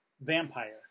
vampire